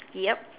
yup